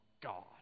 God